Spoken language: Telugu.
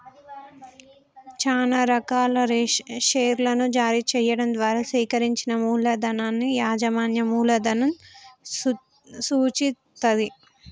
చానా రకాల షేర్లను జారీ చెయ్యడం ద్వారా సేకరించిన మూలధనాన్ని యాజమాన్య మూలధనం సూచిత్తది